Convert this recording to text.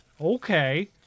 okay